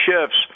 shifts